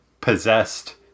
possessed